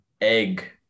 egg